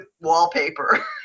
wallpaper